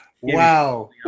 wow